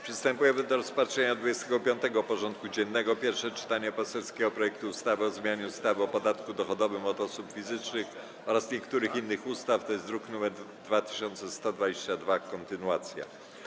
Przystępujemy do rozpatrzenia punktu 25. porządku dziennego: Pierwsze czytanie poselskiego projektu ustawy o zmianie ustawy o podatku dochodowym od osób fizycznych oraz niektórych innych ustaw (druk nr 2122) - kontynuacja.